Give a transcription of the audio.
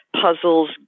puzzles